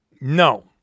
no